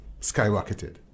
skyrocketed